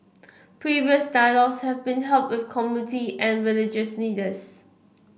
previous dialogues have been held with community and religious leaders